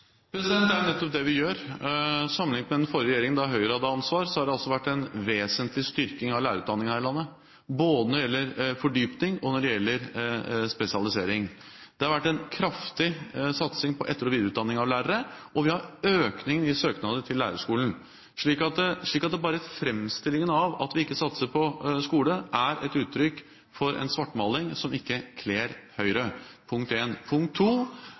småskolen? Det er jo nettopp det vi gjør. Sammenliknet med den forrige regjeringen, da Høyre hadde ansvar, har det vært en vesentlig styrking av lærerutdanningen her i landet, både når det gjelder fordypning og når det gjelder spesialisering. Det har vært en kraftig satsing på etter- og videreutdanning av lærere, og vi har en økning i søknader til lærerskolen, så bare framstillingen av at vi ikke satser på skole, er et uttrykk for en svartmaling som ikke kler Høyre. Det var punkt 1. Punkt